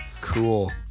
Cool